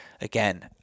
again